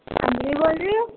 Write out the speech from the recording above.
امرین بول رہی ہوں